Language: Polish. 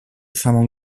samą